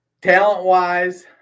talent-wise